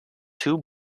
two